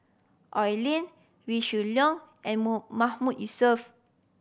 Oi Lin Wee Shoo Leong and Mahmood Yusof